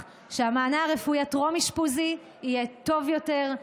שהמענה הרפואי הטרום-אשפוזי יהיה טוב יותר,